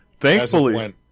Thankfully